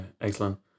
Excellent